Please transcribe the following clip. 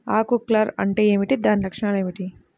ఆకు కర్ల్ అంటే ఏమిటి? దాని లక్షణాలు ఏమిటి?